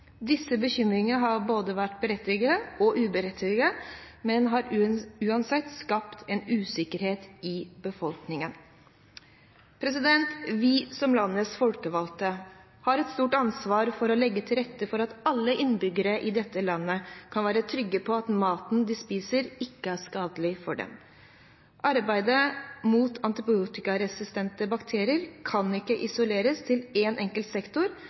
Disse bekymringene har både vært berettiget og uberettiget, men har uansett skapt en usikkerhet i befolkningen. Vi som landets folkevalgte har et stort ansvar for å legge til rette for at alle innbyggere i dette landet kan være trygge på at maten de spiser, ikke er skadelig for dem. Arbeidet mot antibiotikaresistente bakterier kan ikke isoleres til én enkelt sektor,